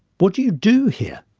what do you do here?